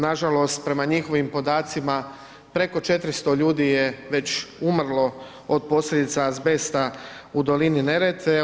Nažalost prema njihovim podacima preko 400 ljudi je već umrlo od posljedica azbesta u dolini Neretve.